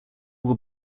will